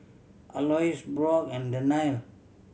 Aloys Brock and